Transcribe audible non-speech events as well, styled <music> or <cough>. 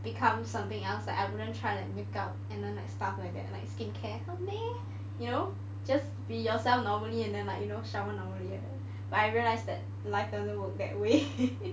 become something else like I wouldn't try like make up and then like stuff like that like skin care for me you know just be yourself normally and then like you know someone will like you but I realize that life doesn't work that way <laughs>